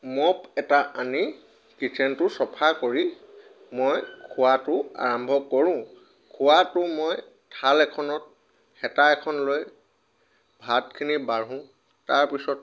mop এটা আনি কিট্চ্ছেনটো চাফা কৰি মই খোৱাটো আৰম্ভ কৰোঁ খোৱাটো মই থাল এখনত হেতা এখন লৈ ভাতখিনি বাঢ়োঁ তাৰপিছত